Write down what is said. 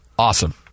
Awesome